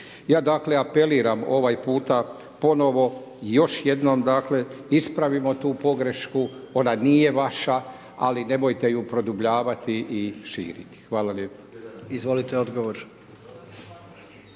Ja dakle, apeliram ovaj puta ponovo još jednom, dakle, ispravimo tu pogrešku, ona nije vaša, ali nemojte ju produbljavati i širiti. Hvala lijepo. **Jandroković,